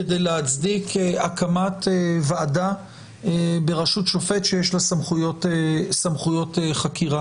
כדי להצדיק הקמת ועדה בראשות שופט שיש לה סמכויות חקירה.